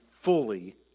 fully